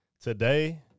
today